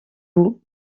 vous